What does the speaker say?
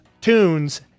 tunes